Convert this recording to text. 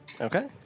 Okay